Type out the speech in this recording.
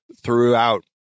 throughout